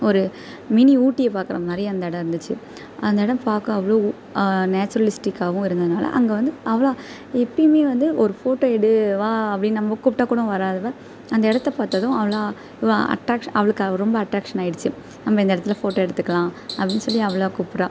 ஒரு மினி ஊட்டியை பாக்கிற மாதிரி அந்த இடம் இருந்துச்சு அந்த இடம் பார்க்க அவ்ளவு நேச்சுரலிஸ்டிக்காவும் இருந்ததுனால அங்கே வந்து அவளாக எப்பய்மே வந்து ஒரு போட்டோ எடு வா அப்படி நம்ம கூப்பிட்டா கூட வராதவள் அந்த இடத்த பார்த்ததும் அவளாக அட்டாராக்ஸ் அவளுக்கு அது ரொம்ப அட்ராக்ஸன் ஆகிடுச்சி நம்ம இந்த இடத்துல போட்டோ எடுத்துக்கலாம் அப்படினு சொல்லி அவளாக கூப்பிட்றா